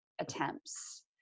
attempts